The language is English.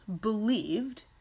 believed